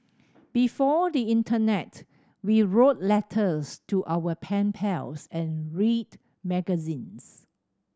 before the internet we wrote letters to our pen pals and read magazines